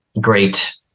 great